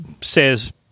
says